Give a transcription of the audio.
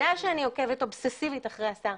בגלל שאני עוקבת אובססיבית אחרי השר,